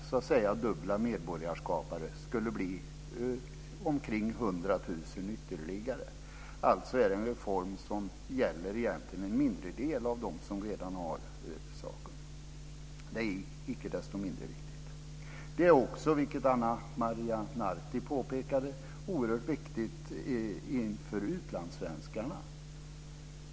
Med nya dubbla "medborgarskapare" skulle det bli omkring 100 000 ytterligare. Detta är alltså en reform som egentligen gäller en mindre del av de berörda. Icke desto mindre är den viktig. Det är också, som Ana Maria Narti påpekade, oerhört viktigt inför utlandssvenskarna.